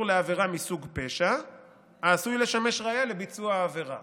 לעבירה מסוג פשע העשוי לשמש ראיה לביצוע העבירה.